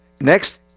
Next